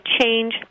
change